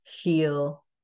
heal